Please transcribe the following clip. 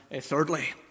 Thirdly